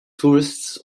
tourists